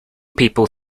people